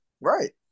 Right